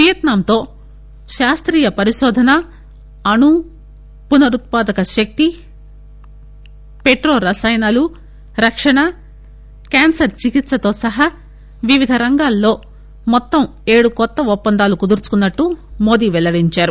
వియత్సాంతో శాస్తీయ పరికోధన అణు పునరుత్పాదక శక్తి పెట్రోరసాయనాలు రక్షణ క్యాన్సర్ చికిత్ప సహా వివిధ రంగాల్లో మొత్తం ఏడు కొత్త ఒప్పందాలు కుదుర్చుకున్నట్టు మోదీ పెల్లడించారు